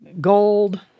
gold